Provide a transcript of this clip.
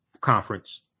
conference